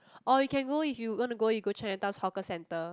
or we can go if you want to go we go Chinatown hawker centre